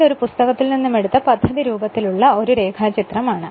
ഇത് ഒരു പുസ്തകത്തിൽ നിന്നുമെടുത്ത പദ്ധതിരൂപത്തിൽ ഉള്ള ഒരു രേഖാചിത്രം ആണ്